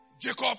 Jacob